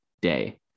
day